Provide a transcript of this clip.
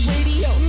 Radio